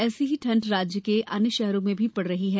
ऐसी ही ठंड राज्य के अन्य शहरों में भी पड़ रही है